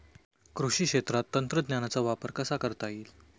कृषी क्षेत्रात तंत्रज्ञानाचा वापर कसा करता येईल?